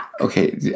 Okay